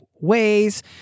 ways